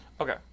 okay